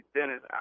Dennis